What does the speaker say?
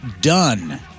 done